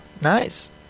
Nice